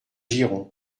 girons